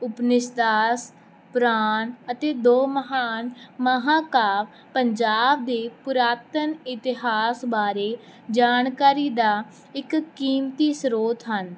ਉਪਨਿਸ਼ਦ ਪੁਰਾਣ ਅਤੇ ਦੋ ਮਹਾਨ ਮਹਾਂਕਾਵਿ ਪੰਜਾਬ ਦੇ ਪੁਰਾਤਨ ਇਤਿਹਾਸ ਬਾਰੇ ਜਾਣਕਾਰੀ ਦਾ ਇੱਕ ਕੀਮਤੀ ਸਰੋਤ ਹਨ